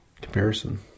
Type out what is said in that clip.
comparison